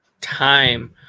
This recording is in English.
Time